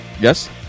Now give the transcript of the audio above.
Yes